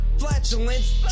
flatulence